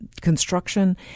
construction